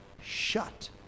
shut